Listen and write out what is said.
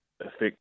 affect